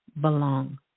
belong